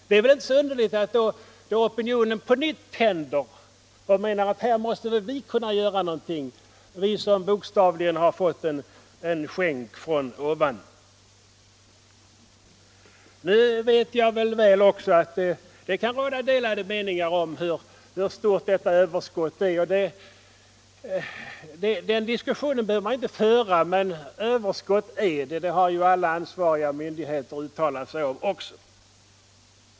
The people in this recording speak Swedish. Det är väl inte så underligt att opinionen då Torsdagen den på nytt tänder och menar att vi måste kunna göra något extra, vi som 12 december 1974 bokstavligen fått en skänk från ovan. mettre, Jag vet väl att det kan råda delade meningar om hur stort veteöver = Ytterligare insatser skottet är. Men det behöver vi inte diskutera. Att det är ett överskott för svältdrabbade vet vi; det har alla initierade institutioner deklarerat.